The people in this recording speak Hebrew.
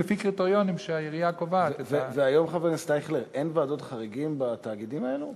לדאוג שיתקינו את התקנות בהקדם ולא לדחות.